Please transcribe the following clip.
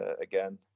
Again